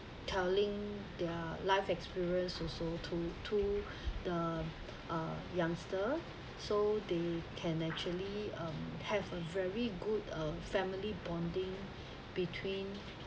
telling their life experience also to to the um youngster so they can actually um have a very good uh family bonding between